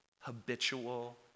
habitual